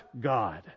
God